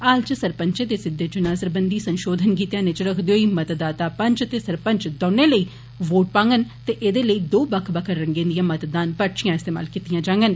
हाल इच सरपंच दे सिदघे चुनाव सरबंधी संशोधन गी ध्यानै इच रक्खदे होई मतदाता पंच ते सरपंच दौनें लेई वोट पाङन ते एदे लेई दौं बक्ख बक्ख रंगें दियां मतदान पर्चियां इस्तेमाल कीत्तियां जाङन